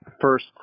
first